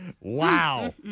Wow